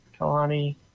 Kalani